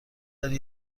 داری